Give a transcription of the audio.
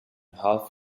half